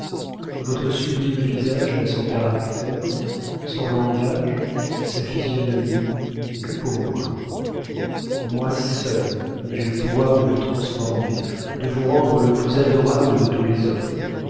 votre sublime visage n'a son caractère son langage sa physionomie que pour moi moi seule j'ai le pouvoir de vous transformer de vous rendre le plus adorable de tous les hommes